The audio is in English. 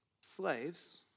Slaves